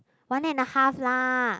one and a half lah